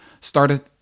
started